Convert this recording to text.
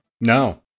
No